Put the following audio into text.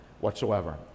whatsoever